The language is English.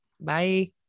bye